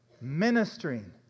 ministering